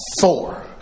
four